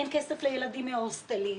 אין כסף לילדים מהוסטלים.